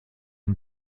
ein